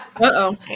Uh-oh